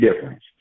difference